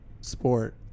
sport